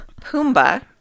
Pumbaa